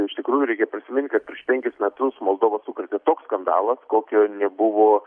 iš tikrųjų reikia prisimint kad prieš penkis metus moldovą sukrėtė toks skandalas kokio nebuvo